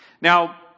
Now